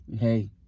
Hey